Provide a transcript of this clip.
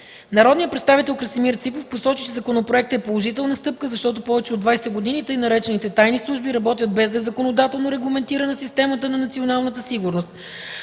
Народният представител Красимир Ципов посочи, че законопроектът е положителна стъпка, защото повече от 20 години така наречените „тайни служби” работят без да е законодателно регламентирана системата на националната сигурност.